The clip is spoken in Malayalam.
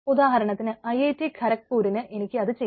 ഉദാഹരണത്തിന് ഐ ഐ റ്റി ഖരക്പൂരിന് എനിക്ക് അത് ചെയ്യാം